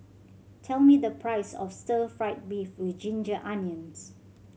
tell me the price of Stir Fry beef with ginger onions